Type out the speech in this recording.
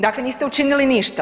Dakle, niste učinili ništa.